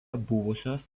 buvusios